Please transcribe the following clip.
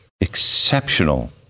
exceptional